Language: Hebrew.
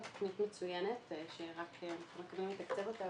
זכות מצוינת שאנחנו מתחילים לתקצב אותה.